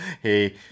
Hey